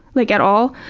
like at all.